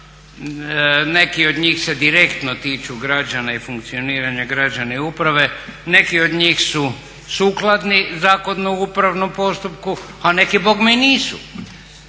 Neki od njih se direktno tiču građana i funkcioniranja građana i uprave, neki od njih su sukladni Zakonu o upravnom postupku, a neki bogme i nisu.